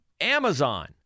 Amazon